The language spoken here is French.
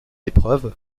épreuves